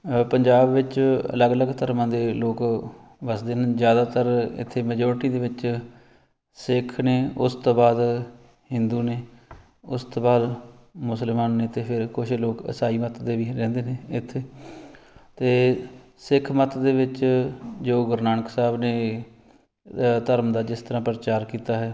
ਪੰਜਾਬ ਵਿੱਚ ਅਲੱਗ ਅਲੱਗ ਧਰਮਾਂ ਦੇ ਲੋਕ ਵੱਸਦੇ ਨੇ ਜ਼ਿਆਦਾਤਰ ਇੱਥੇ ਮਜੋਰਟੀ ਦੇ ਵਿੱਚ ਸਿੱਖ ਨੇ ਉਸ ਤੋਂ ਬਾਅਦ ਹਿੰਦੂ ਨੇ ਉਸ ਤੋਂ ਬਾਅਦ ਮੁਸਲਮਾਨ ਨੇ ਅਤੇ ਫਿਰ ਕੁਛ ਲੋਕ ਈਸਾਈ ਮਤ ਦੇ ਵੀ ਰਹਿੰਦੇ ਨੇ ਇੱਥੇ ਅਤੇ ਸਿੱਖ ਮਤ ਦੇ ਵਿੱਚ ਜੋ ਗੁਰੂ ਨਾਨਕ ਸਾਹਿਬ ਨੇ ਧਰਮ ਦਾ ਜਿਸ ਤਰ੍ਹਾਂ ਪ੍ਰਚਾਰ ਕੀਤਾ ਹੈ